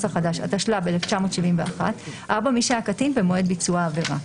התשל"ב 1971; (4) מי שהיה קטין במועד ביצוע העבירה.